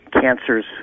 cancer's